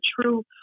true